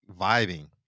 vibing